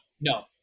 no